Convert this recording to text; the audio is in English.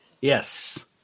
Yes